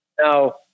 Now